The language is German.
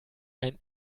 ein